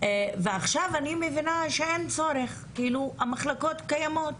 ועכשיו אני מבינה שאין צורך כאילו המחלקות קיימות.